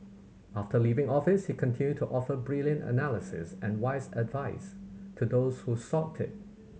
after leaving office he continued to offer brilliant analysis and wise advice to those who sought it